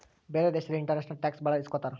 ಬೇರೆ ದೇಶದಲ್ಲಿ international tax ಭಾಳ ಇಸ್ಕೊತಾರ